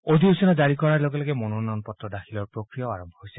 অধিসূচনা জাৰি কৰাৰ লগে লগে মনোনয়ন পত্ৰ দাখিলৰ প্ৰক্ৰিয়াও আৰম্ভ হৈছে